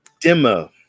demo